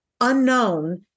unknown